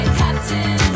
captain